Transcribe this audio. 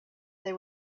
they